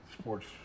sports